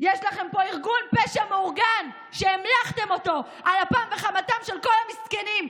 יש לכם פה ארגון פשע מאורגן שהמלכתם אותו על אפם וחמתם של כל המסכנים,